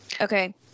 Okay